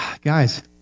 guys